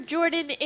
Jordan